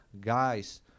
guys